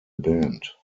band